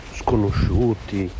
sconosciuti